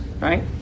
right